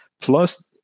Plus